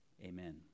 Amen